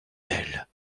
d’elle